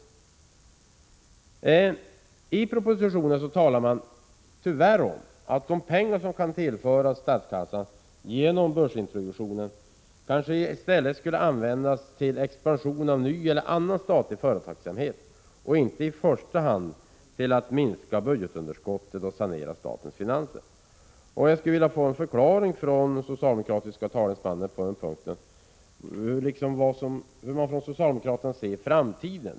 I propositionen talas det tyvärr om att de pengar som kan tillföras statskassan genom börsintroduktionen skall användas till expansion eller till ny statlig företagsamhet och inte i första hand till att minska budgetunderskottet och sanera statens finanser. Jag skulle vilja ha en förklaring från socialdemokraternas talesman på den punkten till hur man på socialdemokratiskt håll ser på framtiden.